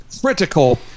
critical